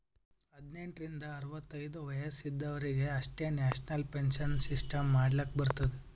ಹದ್ನೆಂಟ್ ರಿಂದ ಅರವತ್ತೈದು ವಯಸ್ಸ ಇದವರಿಗ್ ಅಷ್ಟೇ ನ್ಯಾಷನಲ್ ಪೆನ್ಶನ್ ಸಿಸ್ಟಮ್ ಮಾಡ್ಲಾಕ್ ಬರ್ತುದ